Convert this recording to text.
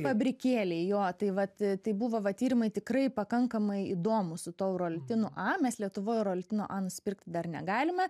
fabrikėliai jo tai vat tai buvo va tyrimai tikrai pakankamai įdomūs su tuo urolitinu a mes lietuvoj urolitino a nusipirkti dar negalime